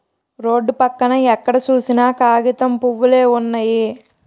road పక్కన ఎక్కడ సూసినా కాగితం పూవులే వున్నయి